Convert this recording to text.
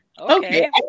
Okay